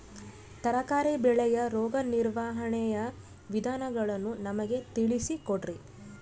ತರಕಾರಿ ಬೆಳೆಯ ರೋಗ ನಿರ್ವಹಣೆಯ ವಿಧಾನಗಳನ್ನು ನಮಗೆ ತಿಳಿಸಿ ಕೊಡ್ರಿ?